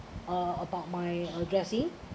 uh about my adressing